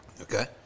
Okay